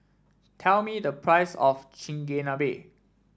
tell me the price of Chigenabe